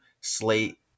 Slate